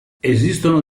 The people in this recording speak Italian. esistono